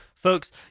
Folks